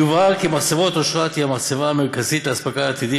יובהר כי מחצבת אשרת היא המחצבה המרכזית לאספקה עתידית